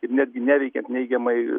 ir netgi neveikiant neigiamai